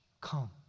Come